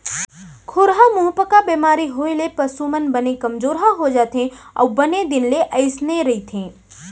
खुरहा मुहंपका बेमारी होए ले पसु मन बने कमजोरहा हो जाथें अउ बने दिन ले अइसने रथें